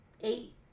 eight